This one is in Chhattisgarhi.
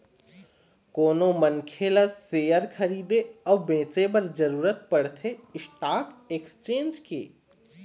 कोनो मनखे ल सेयर खरीदे अउ बेंचे बर जरुरत पड़थे स्टाक एक्सचेंज के